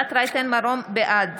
בעד